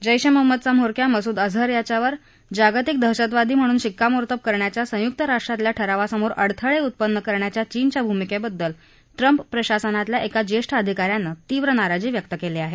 जैश ए मोहम्मदचा म्होरक्या मसूद अजहर यांच्यावर जागतिक दहशवतवादी म्हणून शिक्कामोर्तब करण्याच्या संयुक्त राष्ट्रातल्या ठरावासमोर अडथळे उत्पन्न करण्याच्या चीनच्या भूमिकेबददल ट्रंप प्रशासनातल्या एका ज्येष्ठ अधिका यांनी तीव्र नाराजी व्यक्त केली आहे